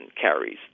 carries